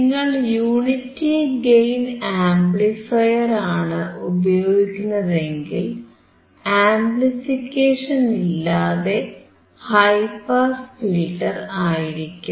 നിങ്ങൾ unity gain ആംപ്ലിഫയറാണ് ഉപയോഗിക്കുന്നതെങ്കിൽ ആംപ്ലിഫിക്കേഷനില്ലാത്ത ഹൈ പാസ് ഫിൽറ്റർ ആയിരിക്കും